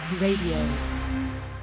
RADIO